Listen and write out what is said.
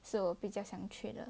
是我比较想去的